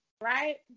right